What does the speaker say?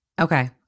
Okay